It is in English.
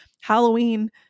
Halloween